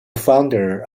founder